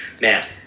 man